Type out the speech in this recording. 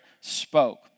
spoke